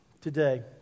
today